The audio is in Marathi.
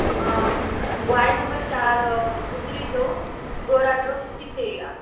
मग वार्ड नंबर चार गुजरी चौक गोराड रो तिथे या नं